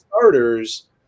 starters